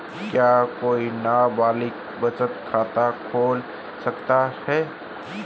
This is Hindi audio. क्या कोई नाबालिग बचत खाता खोल सकता है?